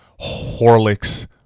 Horlick's